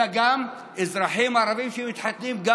אלא גם אזרחים ערבים שמתחתנים עם